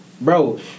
bro